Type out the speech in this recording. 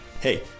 hey